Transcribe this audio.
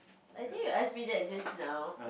I think you ask me that just now